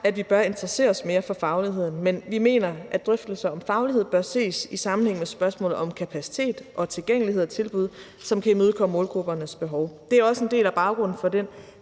at vi bør interessere os mere for fagligheden, men vi mener, at drøftelser om faglighed bør ses i sammenhæng med spørgsmålet om kapacitet og tilgængelighed og tilbud, som kan imødekomme målgruppernes behov. Det er også en del af baggrunden for den